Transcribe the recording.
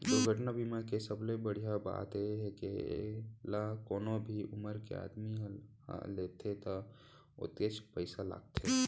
दुरघटना बीमा के सबले बड़िहा बात ए हे के एला कोनो भी उमर के आदमी ह लेथे त ओतकेच पइसा लागथे